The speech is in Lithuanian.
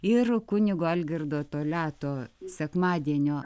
ir kunigo algirdo toliato sekmadienio